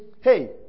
hey